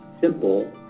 simple